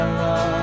love